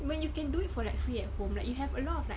when you can do it for like free at home like you have a lot of like